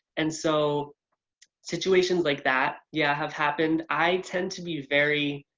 and so situations like that, yeah have happened. i tend to be very,